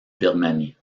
birmanie